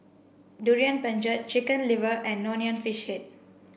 durian pengat chicken liver and Nonya Fish Head